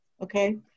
Okay